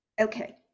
Okay